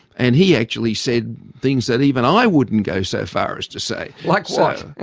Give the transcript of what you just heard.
and he actually said things that even i wouldn't go so far as to say. like so